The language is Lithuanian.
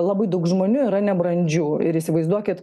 labai daug žmonių yra nebrandžių ir įsivaizduokit